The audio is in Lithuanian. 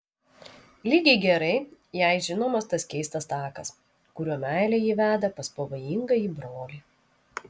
lygiai gerai jai žinomas tas keistas takas kuriuo meilė jį veda pas pavojingąjį brolį